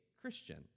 Christian